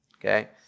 Okay